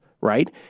Right